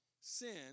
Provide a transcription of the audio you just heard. Sin